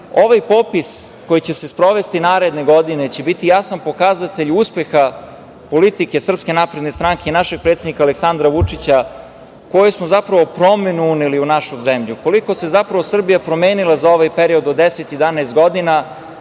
popis koji će se sprovesti naredne godine će biti jasan pokazatelj uspeha politike SNS i našeg predsednika Aleksandra Vučića, koju smo zapravo promenu uneli u našu zemlju, koliko se zapravo Srbija promenila za ovaj period od 10, 11 godina,